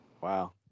Wow